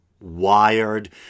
wired